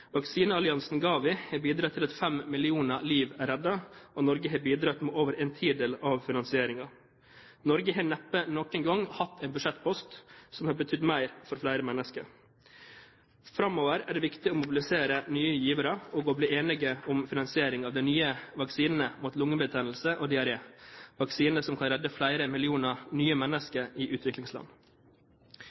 Vaksinealliansen GAVI har bidratt til at fem millioner liv er reddet, og Norge har bidratt med over en tidel av finansieringen. Norge har neppe noen gang hatt en budsjettpost som har betydd mer for flere mennesker. Framover er det viktig å mobilisere nye givere og å bli enige om finansiering av de nye vaksinene mot lungebetennelse og diaré – vaksiner som kan redde flere millioner nye mennesker i utviklingsland.